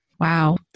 Wow